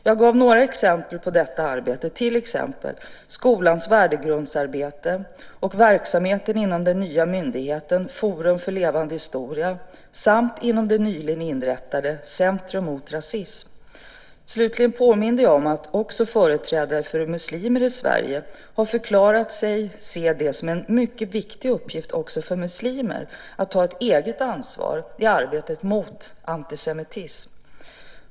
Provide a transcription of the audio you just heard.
Jag gav några exempel på detta arbete, till exempel skolans värdegrundsarbete och verksamheten inom den nya myndigheten Forum för levande historia samt inom det nyligen inrättade Centrum mot rasism Slutligen påminde jag om att företrädare för muslimer i Sverige har förklarat sig se det som en viktig uppgift också för muslimer att ta ett eget ansvar i arbetet mot antisemitism.